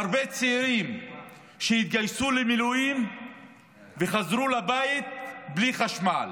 והרבה צעירים שהתגייסו למילואים חזרו לבית בלי חשמל